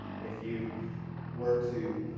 if you were to